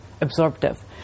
absorptive